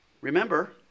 Remember